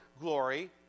glory